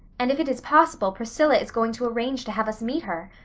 and if it is possible priscilla is going to arrange to have us meet her.